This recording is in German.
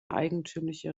eigentümliche